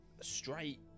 straight